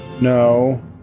no